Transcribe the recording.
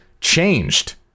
changed